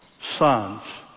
sons